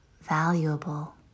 valuable